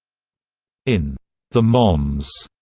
in the moms,